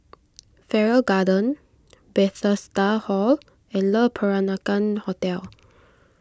Farrer Garden Bethesda Hall and Le Peranakan Hotel